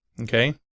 okay